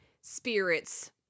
spirits